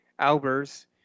Albers